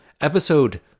episode